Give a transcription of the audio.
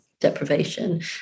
deprivation